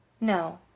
No